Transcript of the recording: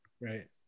Right